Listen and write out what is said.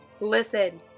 Listen